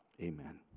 amen